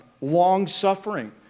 Long-suffering